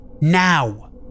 Now